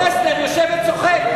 ופלסנר יושב וצוחק.